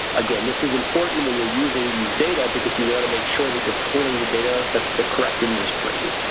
again this is important when you're using these data because you want to make sure that you're pulling the data the correct industry.